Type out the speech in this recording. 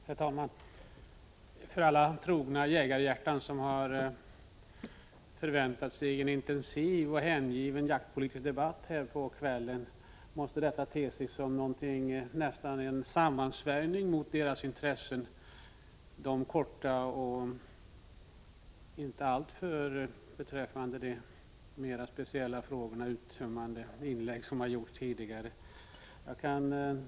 Herr talman! För alla trogna jägarhjärtan som har förväntat sig en intensiv och hängiven jaktpolitisk debatt i kväll måste de korta och inte alltför uttömmande inläggen som har gjorts beträffande de mer speciella frågorna te sig nästan som en sammansvärjning mot deras intressen.